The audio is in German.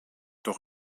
doch